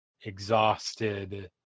exhausted